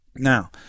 now